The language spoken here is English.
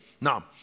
Now